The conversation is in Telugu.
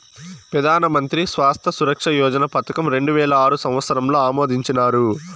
పెదానమంత్రి స్వాస్త్య సురక్ష యోజన పదకం రెండువేల ఆరు సంవత్సరంల ఆమోదించినారు